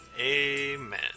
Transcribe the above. Amen